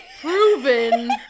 proven